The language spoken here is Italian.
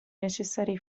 necessari